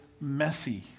messy